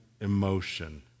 emotion